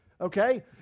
Okay